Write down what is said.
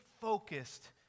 focused